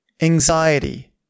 Anxiety